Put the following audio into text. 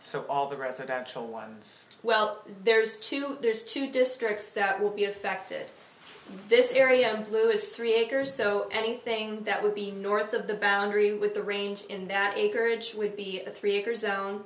so all the residential ones well there's two there's two districts that will be affected this area and blue is three acres so anything that would be north of the boundary with the range in that acreage would be three acres own